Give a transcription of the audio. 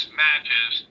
matches